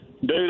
Dude